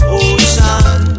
ocean